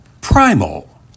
primal